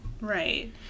right